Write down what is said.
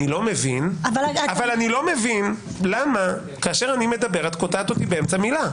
אני לא מבין למה כאשר אני מדבר את קוטעת אותי באמצע מילה.